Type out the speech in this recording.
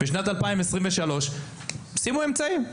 בשנת 2023. תשתמשו באמצעים,